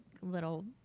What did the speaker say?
little